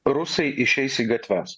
rusai išeis į gatves